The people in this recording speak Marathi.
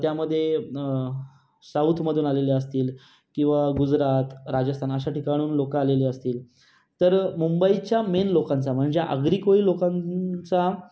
त्यामध्ये साऊथमधून आलेले असतील किंवा गुजरात राजस्थान अशा ठिकाणाहून लोक आलेली असतील तर मुंबईच्या मेन लोकांचा म्हणजे अग्री कोळी लोकांचा